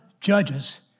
judges